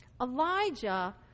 Elijah